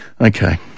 Okay